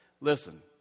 listen